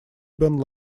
бен